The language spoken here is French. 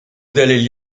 delle